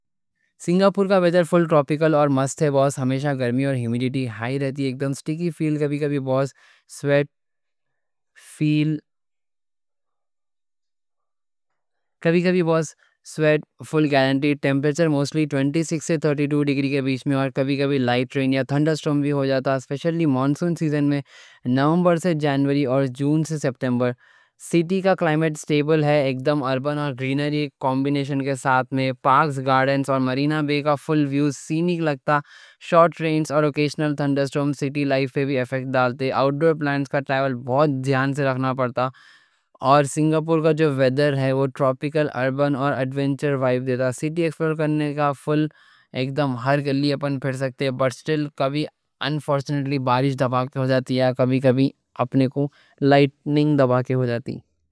سنگاپور کا ویڈر فل ٹروپیکل اور مست ہے، بس ہمیشہ گرمی اور ہیومیڈیٹی ہائی رہتی ہے۔ ایک دم سٹیکی فیل، کبھی کبھی بس؛ سویٹ فیل کبھی کبھی بس، سویٹ فل گارنٹی۔ ٹیمپریچر موسٹلی 26 سے 32 ڈگری کے بیچ میں، اور کبھی کبھی لائٹ رین یا تھنڈر سٹرم بھی ہو جاتا، اسپیشلی مانسون سیزن میں نومبر سے جنوری اور جون سے سپٹیمبر۔ سٹی کا کلائمیٹ سٹیبل ہے، ایک دم اربن اور گرینری کمبینیشن کے ساتھ؛ پارکس، گارڈنز اور مرینا بے کا فل ویو سینک لگتا۔ شورٹ رینز اور اوکیشنل تھنڈر سٹرم سٹی لائف پہ بھی ایفیکٹ ڈالتے، آؤٹ ڈور پلانز کا ٹریول بہت جان سے رکھنا پڑتا۔ اور سنگاپور کا جو ویڈر ہے وہ ٹروپیکل، اربن اور ایڈونچر وائب دیتا، سٹی ایکسپلور کرنے کا فل ایک دم؛ ہر گلی اپن پھر سکتے، بس کبھی انفارچنیٹلی بارش دباکے ہو جاتی ہے، کبھی کبھی اپنے کو لائٹننگ دباکے ہو جاتی۔